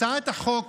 הצעת החוק